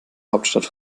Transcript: hauptstadt